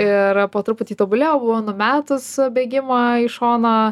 ir po truputį tobulėjau buvau numetus bėgimą į šoną